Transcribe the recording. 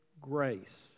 grace